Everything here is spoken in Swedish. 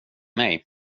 mig